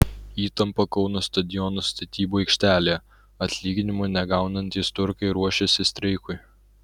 įtampa kauno stadiono statybų aikštelėje atlyginimų negaunantys turkai ruošiasi streikui